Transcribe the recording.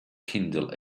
kindle